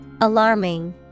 Alarming